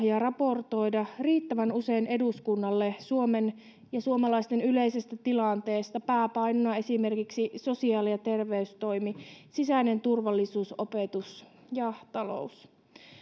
ja raportoisivat riittävän usein eduskunnalle suomen ja suomalaisten yleisestä tilanteesta pääpainona esimerkiksi sosiaali ja terveystoimi sisäinen turvallisuus opetus ja talous